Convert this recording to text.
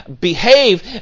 behave